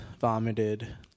vomited